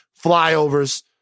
Flyovers